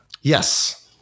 Yes